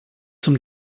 zum